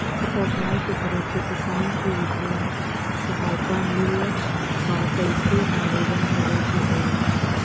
सरकार के तरफ से किसान के बितिय सहायता मिलत बा कइसे आवेदन करे के होई?